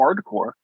hardcore